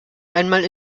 einmal